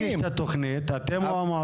מי הגיש את התכנית, אתם או המועצה?